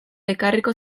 ekarriko